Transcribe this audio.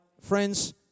friends